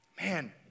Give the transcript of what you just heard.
man